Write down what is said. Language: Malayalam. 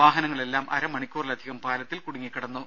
വാഹനങ്ങളെല്ലാം അരമണിക്കൂറിലധികം പാലത്തിൽ കുടുങ്ങിക്കിടന്നു